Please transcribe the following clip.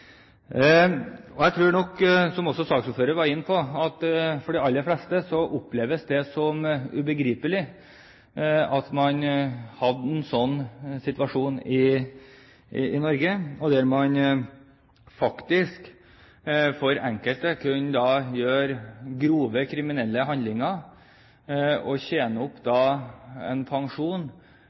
Jeg tror nok, som også saksordføreren var inne på, at de aller fleste opplevde det som ubegripelig at man hadde en situasjon i Norge der enkelte faktisk kunne gjøre grove kriminelle handlinger og tjene opp en pensjon og ta den med seg til sitt hjemland, hvis man var innenfor EØS-området, til f.eks. Bulgaria, en pensjon